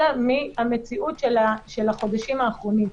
אלא מהמציאות של החודשים האחרונים.